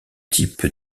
type